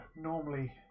normally